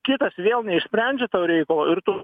kitas vėl neišsprendžia tau reikalo ir tu